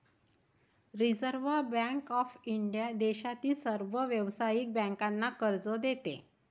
reserve bank of India देशातील सर्व व्यावसायिक बँकांना कर्ज देते